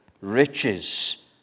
riches